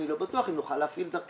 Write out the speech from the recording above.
אני לא בטוח אם נוכל להפעיל דרככם,